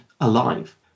alive